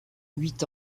huit